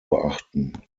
beachten